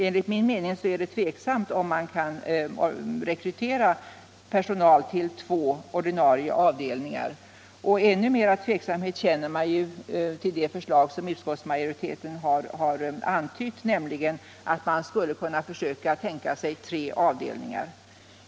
Enligt min mening är det tveksamt om man kan rekrytera personal till två ordinarie avdelningar. Ännu större tveksamhet känner jag inför det förslag som utskottsmajoriteten har antytt, nämligen att man skulle kunna tänka sig tre avdelningar.